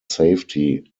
safety